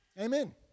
Amen